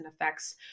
effects